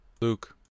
Luke